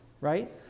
right